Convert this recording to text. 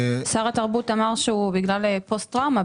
שר התרבות אמר שהוא מבטל את זה בגלל פוסט טראומה,